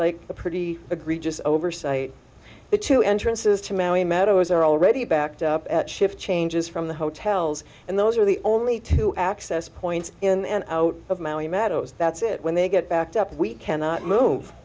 like a pretty egregious oversight the two entrances to maui meadows are already backed up at shift changes from the hotels and those are the only two access points in and out of maui matter that's it when they get backed up we cannot move